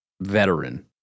veteran